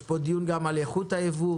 יש פה דיון גם על איכות היבוא,